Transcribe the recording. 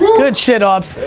good shit, aubs.